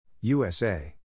USA